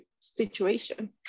situation